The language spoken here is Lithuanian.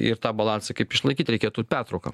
ir tą balansą kaip išlaikyt reikėtų pertrauka